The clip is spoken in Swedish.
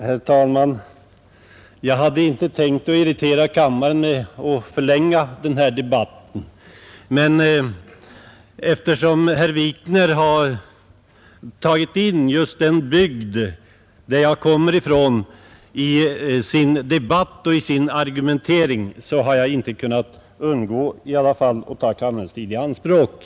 Herr talman! Jag hade inte tänkt irritera kammaren med att förlänga den här debatten, men eftersom herr Wikner i sin argumentering har tagit Nr 39 in just den bygd som jag kommer ifrån, så har jag inte kunnat underlåta Onsdagen den att ta kammarens tid i anspråk.